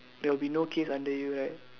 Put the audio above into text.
there will be no case under you right